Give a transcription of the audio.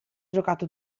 giocato